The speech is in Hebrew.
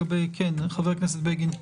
חבר הכנסת בגין.